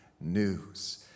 news